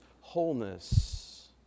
wholeness